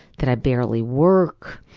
that i barely work.